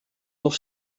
nog